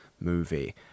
movie